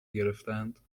گرفتند